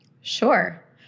Sure